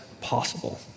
possible